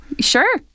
Sure